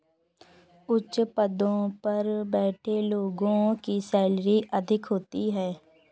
उच्च पदों पर बैठे लोगों की सैलरी अधिक होती है